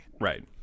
right